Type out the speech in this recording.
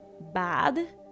bad